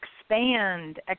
Expand